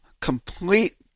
complete